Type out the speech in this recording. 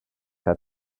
had